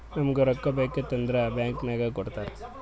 ನಮುಗ್ ರೊಕ್ಕಾ ಬೇಕಿತ್ತು ಅಂದುರ್ ಬ್ಯಾಂಕ್ ನಾಗ್ ಕೊಡ್ತಾರ್